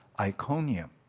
Iconium